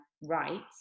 right